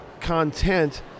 content